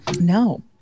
No